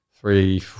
three